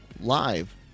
live